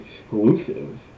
exclusive